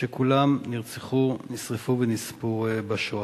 שכולם נרצחו, נשרפו ונספו בשואה,